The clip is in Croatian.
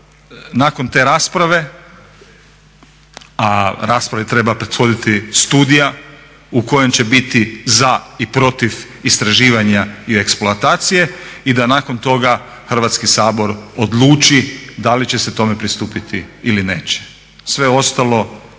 nakon te rasprave, a raspravi treba prethoditi studija u kojoj će biti za i protiv istraživanja i eksploatacije i da nakon toga Hrvatski sabor odluči da li će se tome pristupiti ili neće. Sve ostalo